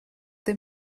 they